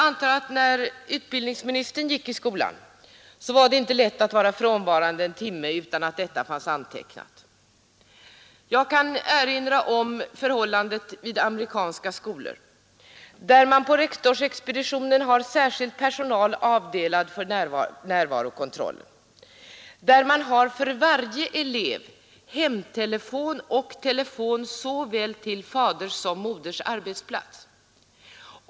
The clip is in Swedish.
När utbildningsministern gick i skolan antar jag att det inte var lätt att vara frånvarande en timme utan att detta fanns antecknat. Jag kan erinra om förhållandet i amerikanska skolor, där man på rektorsexpeditionen har särskild personal avdelad för närvarokontroll och där man för varje elev har nummer på hemtelefon och telefon till såväl faderns som moderns arbetsplats.